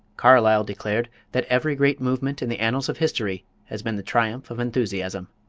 carlyle declared that every great movement in the annals of history has been the triumph of enthusiasm.